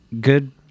good